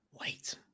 wait